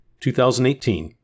2018